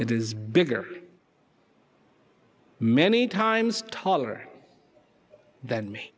it is bigger many times taller than me